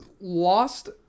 lost